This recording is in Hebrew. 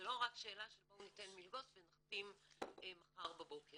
זה לא רק שאלה של בואו ניתן מלגות ונחתים מחר בבוקר.